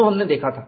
जो हमने देखा था